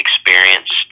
experienced